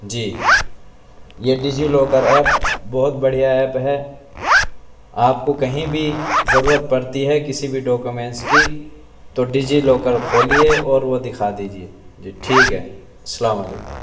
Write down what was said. جی یہ DigiLocker app بہت بڑھیا ایپ ہے آپ کو کہیں بھی ضرورت پڑتی ہے کسی بھی ڈاکومینس کی تو ڈی جی لاکر خولیے اور وہ دکھا دیجیے جی ٹھیک ہے السلام علیکم